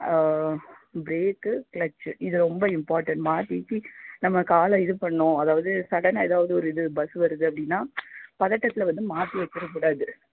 brake clutch இது ரொம்ப important மாற்றி கீத்தி நம்ம காலை இது பண்ணோம் அதாவது சடன்னா ஏதாவது ஒரு இது பஸ் வருது அப்படின்னா பதட்டத்தில் வந்து மாற்றி வெச்சிரக்கூடாது